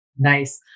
Nice